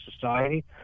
society